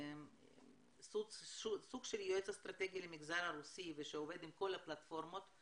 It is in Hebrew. סוג של יועץ אסטרטגי למגזר הרוסי שעובד עם כל הפלטפורמות,